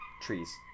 trees